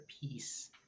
peace